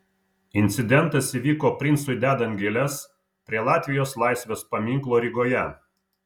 incidentas įvyko princui dedant gėles prie latvijos laisvės paminklo rygoje